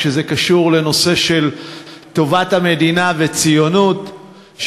כשזה קשור לטובת המדינה ולציונות